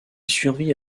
survit